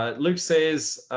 ah luke says,